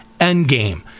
endgame